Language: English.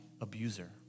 abuser